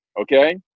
Okay